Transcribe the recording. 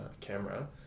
camera